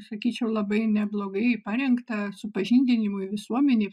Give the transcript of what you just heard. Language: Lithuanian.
sakyčiau labai neblogai parengta supažindinimui visuomenei